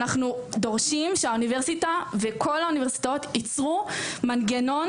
אנחנו דורשים שהאוניברסיטה וכל האוניברסיטאות ייצרו מנגנון